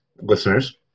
listeners